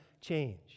change